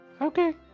Okay